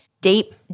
Deep